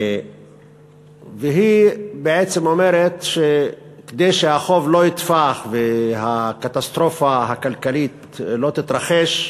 היא בעצם אומרת שכדי שהחוב לא יתפח והקטסטרופה הכלכלית לא תתרחש,